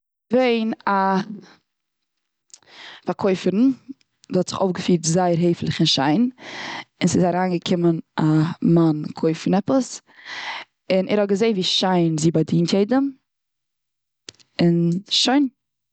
געווען א פארקויפערן וואס האט זיך אויף געפירט זייער העפליך און שיין. און ס'איז אריין געקומען א מאן קויפן עפעס. און ער האט געזען ווי שיין זי באדינט יעדעם. און שוין.